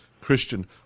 Christian